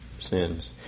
sins